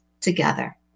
together